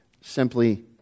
simply